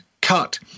cut